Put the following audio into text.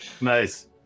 Nice